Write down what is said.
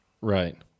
Right